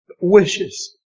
wishes